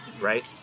Right